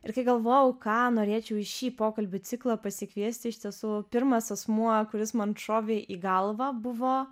ir kai galvojau ką norėčiau į šį pokalbių ciklą pasikviesti iš tiesų pirmas asmuo kuris man šovė į galvą buvo